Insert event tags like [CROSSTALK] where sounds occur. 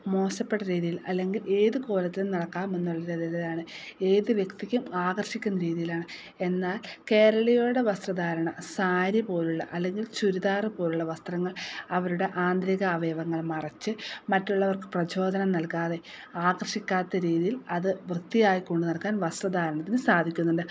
മോശപ്പെട്ട രീതിയിൽ അല്ലെങ്കിൽ ഏത് കോലത്തിലും നടക്കാം എന്നുള്ള [UNINTELLIGIBLE] ഏത് വ്യക്തിക്കും ആകർഷിക്കുന്ന രീതിയിലാണ് എന്നാൽ കേരളീയരുടെ വസ്ത്ര ധാരണം സാരി പോലുള്ള അല്ലെങ്കിൽ ചുരിദാർ പോലുള്ള വസ്ത്രങ്ങൾ അവരുടെ ആന്തരിക അവയവങ്ങൾ മറച്ച് മറ്റുള്ളവർക്ക് പ്രചോദനം നൽകാതെ ആകർഷിക്കാത്ത രീതിയിൽ അതു വൃത്തിയായി കൊണ്ടുനടക്കാൻ വസ്ത്ര ധാരണത്തിന് സാധിക്കുന്നുണ്ട്